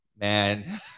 man